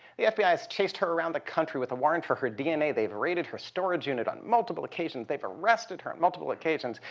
the fbi has chased her around the country with a warrant for her dna. they've raided her storage unit on multiple occasions. they've arrested her on and multiple occasions.